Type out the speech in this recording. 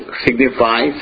signifies